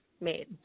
made